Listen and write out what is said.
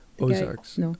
Ozarks